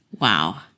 Wow